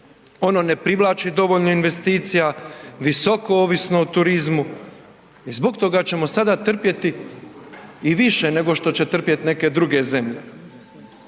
ono ne privlači dovoljno investicija, visoko ovisno o turizmu i zbog toga ćemo sada trpjeti i više nego što će trpjet neke druge zemlje.